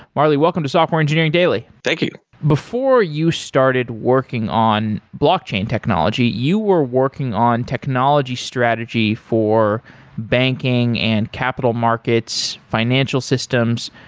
marley, welcome to software engineering daily thank you before you started working on blockchain technology, you were working on technology strategy for banking and capital markets, financial systems,